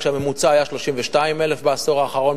כשהממוצע היה 32,000 בעשור האחרון,